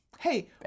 Hey